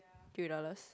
three dollars